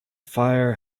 fire